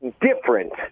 different